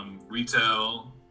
Retail